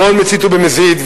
כל מצית הוא במזיד.